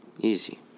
Easy